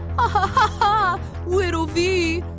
ha ha ha ha, wittle vee.